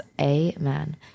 Amen